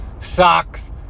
socks